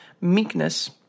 meekness